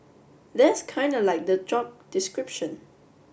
that's kinda like the job description